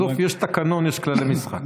בסוף יש תקנון, יש כללי משחק.